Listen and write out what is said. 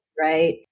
right